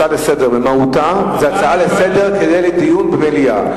הצעה לסדר-היום במהותה היא הצעה לסדר-היום כדי שיהיה דיון במליאה.